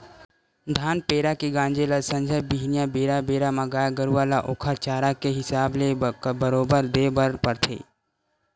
धान पेरा के गांजे ल संझा बिहनियां बेरा बेरा म गाय गरुवा ल ओखर चारा के हिसाब ले बरोबर देय बर परथे